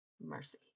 mercy